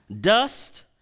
Dust